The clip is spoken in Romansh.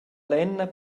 lenna